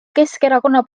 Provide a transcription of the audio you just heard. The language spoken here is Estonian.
keskerakonna